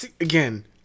Again